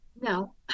No